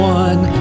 one